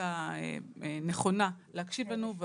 הייתה נכונה להקשיב לנו.